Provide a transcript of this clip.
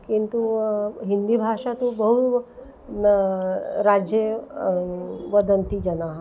किन्तु हिन्दीभाषा तु बहु न राज्ये वदन्ति जनाः